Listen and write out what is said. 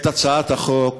את הצעת החוק